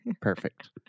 Perfect